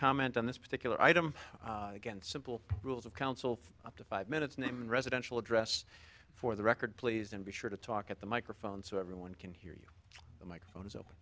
comment on this particular item against simple rules of council for up to five minutes name in residential address for the record please and be sure to talk at the microphone so everyone can hear you the microphone is open